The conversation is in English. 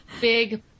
big